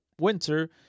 winter